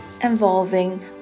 involving